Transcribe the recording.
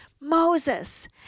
Moses